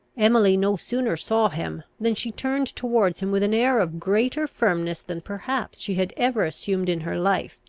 emily no sooner saw him, than she turned towards him with an air of greater firmness than perhaps she had ever assumed in her life,